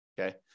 okay